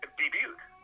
debuted